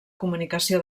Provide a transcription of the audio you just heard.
comunicació